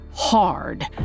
hard